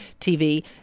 TV